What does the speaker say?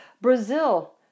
Brazil